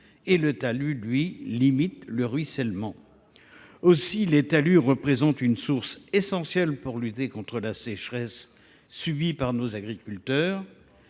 le talus limite le ruissellement. Aussi, les talus représentent un outil essentiel pour lutter contre la sécheresse dont souffrent nos agriculteurs.